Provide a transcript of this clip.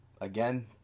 again